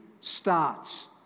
starts